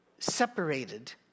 separated